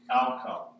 outcome